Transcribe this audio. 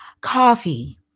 coffee